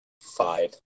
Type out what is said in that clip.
Five